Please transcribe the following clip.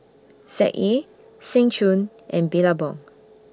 Z A Seng Choon and Billabong